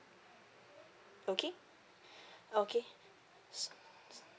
okay okay